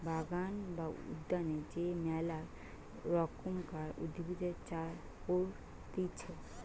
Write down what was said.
বাগান বা উদ্যানে যে মেলা রকমকার উদ্ভিদের চাষ করতিছে